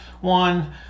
one